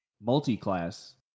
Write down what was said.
multi-class